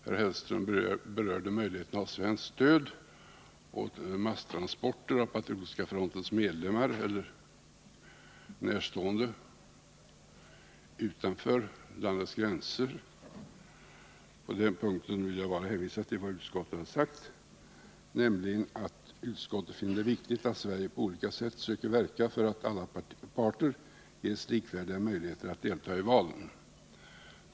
Herr Hellström berörde möjligheterna till svenskt stöd till masstransporter av Patriotiska frontens medlemmar eller närstående utanför landets gränser. På den punkten vill jag bara hänvisa till vad utskottet sagt, nämligen att utskottet finner det ”viktigt att Sverige på olika sätt söker verka för att alla parter ges likvärdiga möjligheter att delta i valen”.